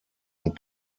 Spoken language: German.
und